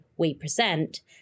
WePresent